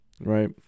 right